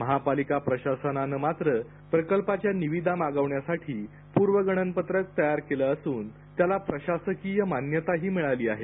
महापालिका प्रशासनाने मात्र या प्रकल्पाच्या निविदा मागवण्यासाठी पूर्वगणनपत्र तयार केलं असून त्याला प्रशासकीय मान्यताही मिळाली आहे